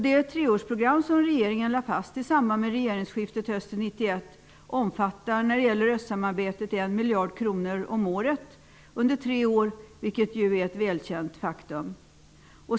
Det treårsprogram som regeringen lade fast i samband med regeringsskiftet hösten 1991 omfattar när det gäller östsamarbetet en miljard kronor om året under tre år, vilket ju är ett välskänt faktum.